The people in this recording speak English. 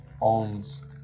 owns